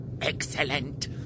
Excellent